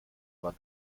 war